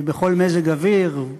בכל מזג אוויר,